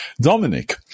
Dominic